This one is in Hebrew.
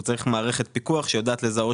הוא צריך מערכת פיקוח שיודעת לזהות